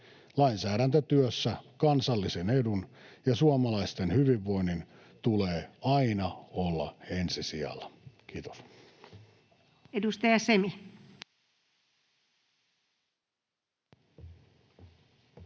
Lainsäädäntötyössä kansallisen edun ja suomalaisten hyvinvoinnin tulee aina olla ensisijalla. — Kiitos.